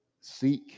Seek